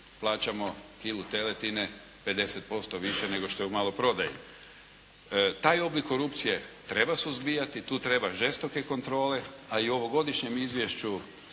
plaćamo kilu teletine 50% više nego što je u maloprodaji. Taj oblik korupcije treba suzbijati. Tu treba žestoke kontrole a i u ovogodišnjem izvješću